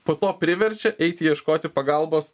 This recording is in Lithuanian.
po to priverčia eiti ieškoti pagalbos